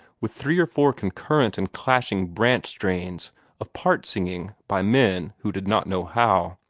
with three or four concurrent and clashing branch strains of part-singing by men who did not know how.